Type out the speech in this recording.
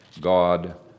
God